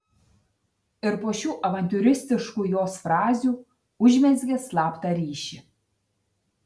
ir po šių avantiūristiškų jos frazių užmezgė slaptą ryšį